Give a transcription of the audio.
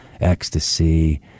Ecstasy